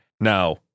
Now